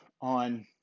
on